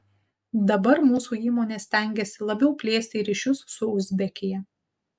dabar mūsų įmonė stengiasi labiau plėsti ryšius su uzbekija